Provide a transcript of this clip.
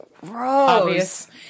gross